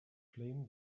flame